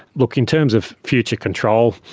look, in terms of future control,